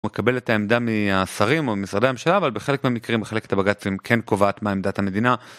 מקבל את העמדה מהשרים או משרדי הממשלה, אבל בחלק מהמקרים מחלקת הבג"צים כן קובעת מה עמדת המדינה.